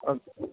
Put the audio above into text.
okay